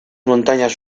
montañas